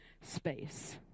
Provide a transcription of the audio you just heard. space